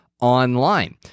online